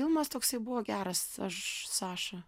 filmas toksai buvo geras aš saša